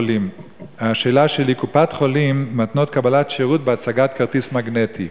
השאלה שלי: קופות-החולים מתנות קבלת שירות בהצגת כרטיס מגנטי.